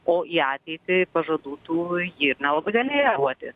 o į ateitį pažadų tų ji ir nelabai galėjo duoti